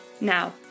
Now